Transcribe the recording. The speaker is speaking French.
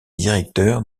directeur